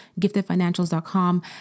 giftedfinancials.com